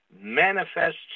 manifests